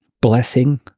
blessing